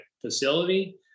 facility